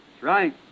Right